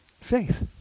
faith